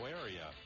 area